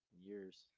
years